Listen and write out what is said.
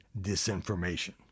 disinformation